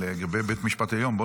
לגבי בית המשפט העליון,